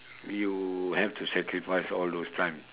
you have to sacrifice all those time